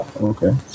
Okay